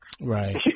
Right